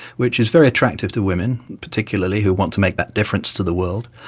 which is very attractive to women particularly who want to make that difference to the world.